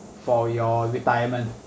for your retirement